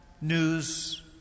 news